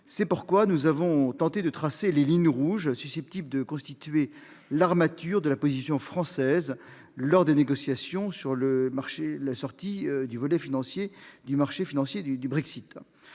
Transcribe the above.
C'est pourquoi nous avons tenté de tracer les lignes rouges susceptibles de constituer l'armature de la position française lors des négociations du volet « marchés financiers » du Brexit.